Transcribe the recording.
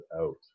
out